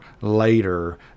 later